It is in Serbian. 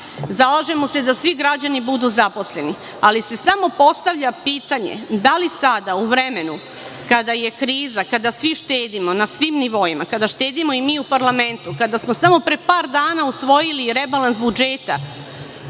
zalažemo se da svi građani budu zaposleni, ali se samo postavlja pitanje – da li sada, u vremenu kada je kriza, kada svi štedimo na svim nivoima, kada štedimo i mi u parlamentu, kada smo samo pre par dana usvojili rebalans budžeta